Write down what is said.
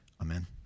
Amen